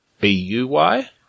B-U-Y